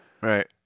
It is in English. right